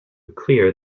clear